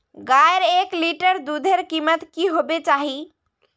गायेर एक लीटर दूधेर कीमत की होबे चही?